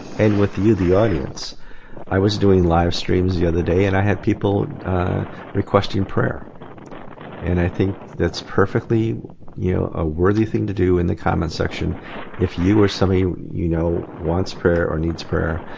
and with you the audience i was doing live streams the other day and i had people requesting prayer and i think that's perfectly you know a worthy thing to do in the comment section if you or somebody you know wants prayer or needs prayer